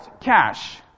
cash